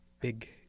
big